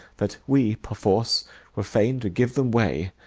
that we perforce were fain to give them way,